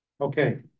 Okay